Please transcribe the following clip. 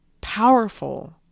powerful